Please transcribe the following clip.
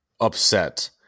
upset